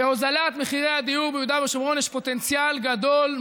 בהוזלת הדיור ביהודה ושומרון יש פוטנציאל גדול,